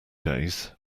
days